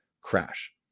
crash